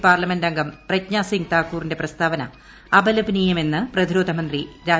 parliament അംഗം പ്രജ്ഞാ സിംഗ് താക്കൂറിന്റെ പ്രസ്താവന അപലപനീയമെന്ന് പ്രതിരോധ മന്ത്രി രാജ്നാഥ് സിംഗ്